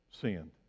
sinned